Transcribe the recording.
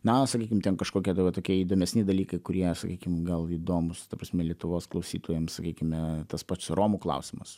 na sakykim ten kažkokie va tokie įdomesni dalykai kurie sakykim gal įdomūs ta prasme lietuvos klausytojams sakykime tas pats romų klausimas